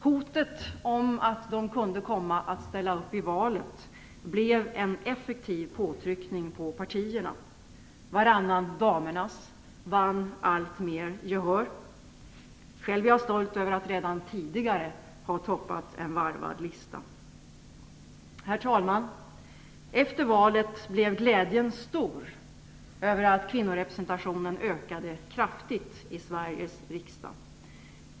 Hotet om att de kunde komma att ställa upp i valet blev en effektiv påtryckning på partierna. Varannan damernas vann alltmer gehör. Själv är jag stolt över att redan tidigare ha toppat en varvad lista. Herr talman! Efter valet blev glädjen stor över att kvinnorepresentationen ökade kraftigt i Sveriges riksdag.